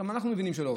גם אנחנו מבינים שלא,